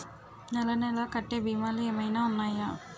నెల నెల కట్టే భీమాలు ఏమైనా ఉన్నాయా?